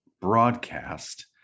broadcast